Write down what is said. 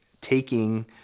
taking